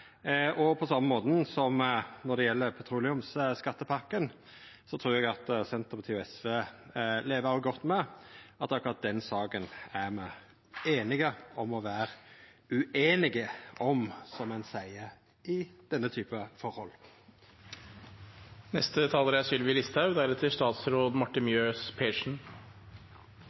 På same måten gjeld det petroleumsskattepakka. Eg trur òg Senterpartiet og SV lever godt med at akkurat den saka er me einige om å vera ueinige om, som ein seier i denne typen forhold. Jeg merket meg at representanten Aasland kalte det for uansvarlig å ville hjelpe folk som nå er